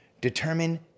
determine